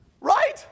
Right